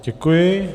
Děkuji.